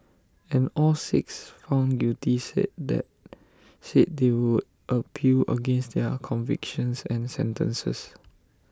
and all six found guilty said that said they would appeal against their convictions and sentences